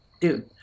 dude